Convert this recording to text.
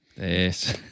Yes